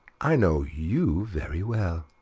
i know you very well,